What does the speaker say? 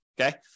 okay